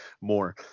more